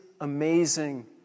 amazing